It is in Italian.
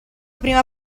prima